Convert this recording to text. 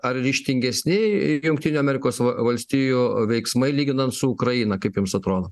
ar ryžtingesni jungtinių amerikos valstijų veiksmai lyginant su ukraina kaip jums atrodo